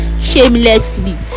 shamelessly